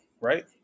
right